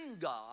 God